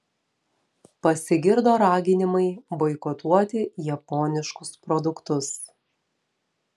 pasigirdo raginimai boikotuoti japoniškus produktus